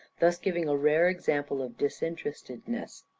thus giving a rare example of disinterestedness.